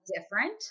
different